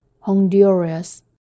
Honduras